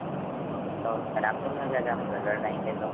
तो खराब तो नहीं हो जाएगा हम घर लाएंगे तो